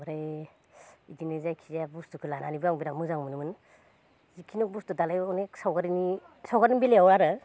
ओमफ्राय इदिनो जायखिजाया बुस्थुखौ लानानैबो आं बिराद मोजां मोनोमोन जिखुनु बुस्थु दालाय अनेख सावगारिनि सावगारिनि बेलायाव आरो